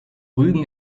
rügen